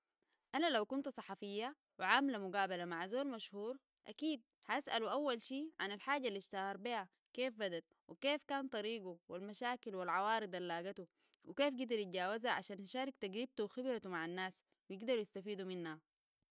أنا لو كنت صحفية وعامله مقابلة مع زورل مشهور أكيد حسألو أول شي عن الحاجة اللي اشتهر بها كيف بدت وكيف كان طريقو والمشاكل والعوارض اللاقتو وكيف قدر يتجاوزها عشان يشارك تجربتو وخبرته مع الناس